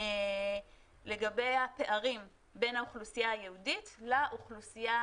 לגבי הפערים בין האוכלוסייה היהודית לאוכלוסייה